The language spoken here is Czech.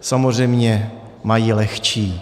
samozřejmě mají lehčí.